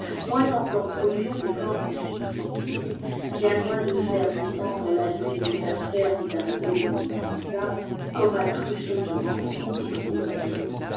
moins encore produire des formes substantielles bien loin de faire descendre la lune de sa sphe ni d'arrêter le mouvement des astres comme a cru sottement l'antiquité poyenne